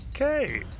Okay